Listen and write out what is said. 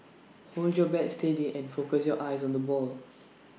hold your bat steady and focus your eyes on the ball